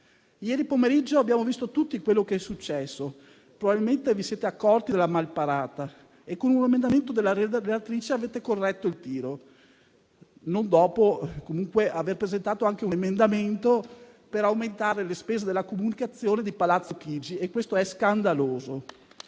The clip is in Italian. Ieri pomeriggio abbiamo visto tutti quello che è successo. Probabilmente vi siete accorti della malparata e, con un emendamento della relatrice, avete corretto il tiro, non dopo comunque aver presentato anche un emendamento per aumentare le spese della comunicazione di Palazzo Chigi, e questo è scandaloso.